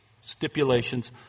stipulations